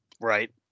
right